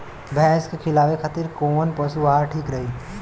भैंस के खिलावे खातिर कोवन पशु आहार ठीक रही?